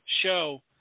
show